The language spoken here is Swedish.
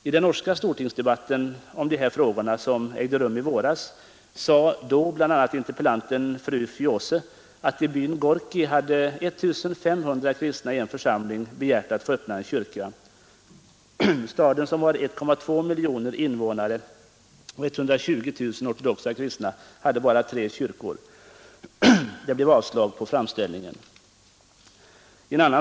I den norska stortingsdebatten i våras om dessa frågor sade bl.a. interpellanten fru Fjose att i byn Gorkij hade 1 500 kristna i en församling begärt att få öppna en kyrka. Staden som har 1,2 miljoner invånare och 120 000 ortodoxa kristna, hade bara tre kyrkor. Framställningen avslogs.